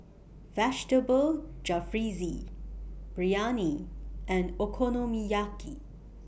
Vegetable Jalfrezi Biryani and Okonomiyaki